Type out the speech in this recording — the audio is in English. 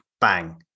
Bang